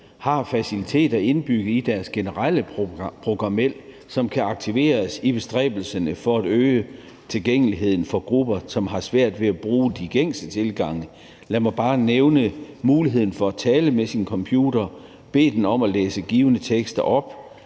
har faciliteter indbygget i deres generelle programmel, som kan aktiveres i bestræbelserne for at øge tilgængeligheden for grupper, som har svært ved at bruge de gængse tilgange. Lad mig bare nævne muligheden for at tale til sin computer – bede den om at læse givne tekster op